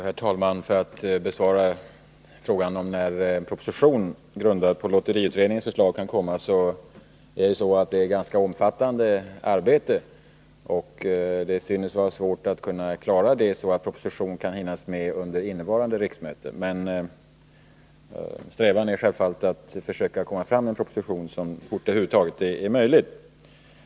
Herr talman! För att besvara frågan om när en proposition grundad på lotteriutredningens förslag kan komma, så vill jag säga att det är ett ganska omfattande arbete, och det synes vara svårt att klara det så att propositionen kan hinnas med under innevarande riksmöte. Men strävan är självfallet att försöka komma fram med en proposition så fort det över huvud taget är möjligt.